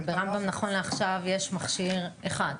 אבל ברמב"ם נכון לעכשיו יש מכשיר אחד.